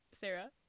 Sarah